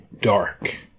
dark